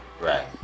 right